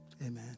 Amen